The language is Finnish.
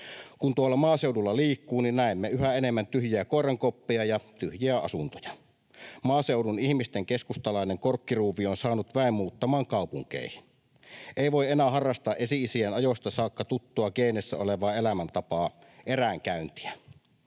Kun tuolla maaseudulla liikkuu, niin näemme yhä enemmän tyhjiä koirankoppeja ja tyhjiä asuntoja. Maaseudun ihmisten keskustalainen korkkiruuvi on saanut väen muuttamaan kaupunkeihin. Ei voi enää harrasta esi-isien ajoista saakka tuttua geeneissä olevaa elämäntapaa: eränkäyntiä.